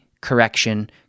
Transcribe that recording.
correction